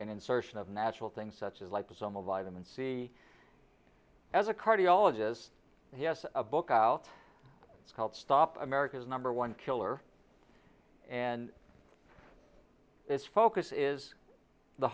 an insertion of natural things such as like this on the vitamin c as a cardiologist he has a book out it's called stop america's number one killer and its focus is the